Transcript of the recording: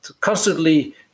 constantly